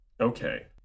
okay